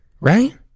Right